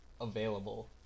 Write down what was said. available